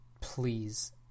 please